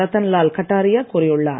ரத்தன் லால் கட்டாரியா கூறியுள்ளார்